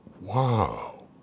wow